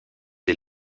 dès